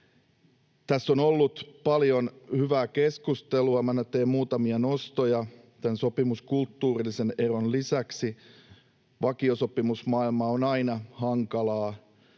Tässä on ollut paljon hyvää keskustelua. Minä nyt teen muutamia nostoja: Tämän sopimuskulttuurillisen eron lisäksi vakiosopimusmaailma on aina hankala.